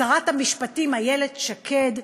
שרת המשפטים איילת שקד,